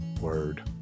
Word